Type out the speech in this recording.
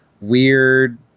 weird